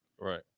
Right